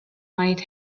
might